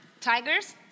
Tigers